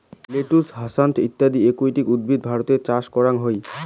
lettuce, hyacinth ইত্যদি aquatic উদ্ভিদ ভারতে চাষ করাং হই